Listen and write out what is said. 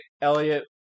Elliot